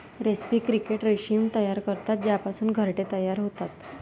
रेस्पी क्रिकेट रेशीम तयार करतात ज्यापासून घरटे तयार होतात